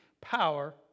power